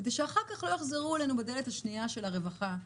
כדי שאחר כך לא יחזרו אלינו בדלת השנייה של הרווחה,